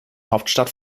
hauptstadt